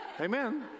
Amen